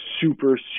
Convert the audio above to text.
super